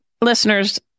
listeners